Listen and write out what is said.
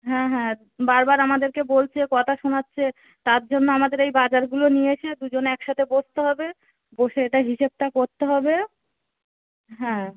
হ্যাঁ হ্যাঁ বারবার আমাদেরকে বলছে কথা শোনাচ্ছে তার জন্য আমাদের এই বাজারগুলো নিয়ে এসে দুজন একসাথে বসতে হবে বসে এটা হিসেবটা করতে হবে হ্যাঁ